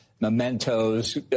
Mementos